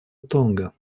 тонга